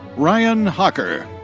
ryan hocker.